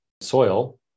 Soil